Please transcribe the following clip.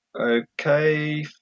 Okay